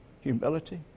humility